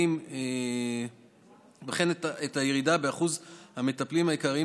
וכן לירידה באחוז המטפלים העיקריים